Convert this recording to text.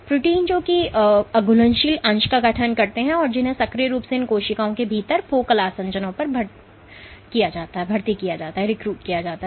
protein जो कि अघुलनशील अंश का गठन करते हैं और जिन्हें सक्रिय रूप से इन कोशिकाओं के भीतर फोकल आसंजनों पर भर्ती किया जाता है